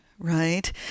right